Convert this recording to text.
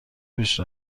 پیش